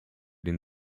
den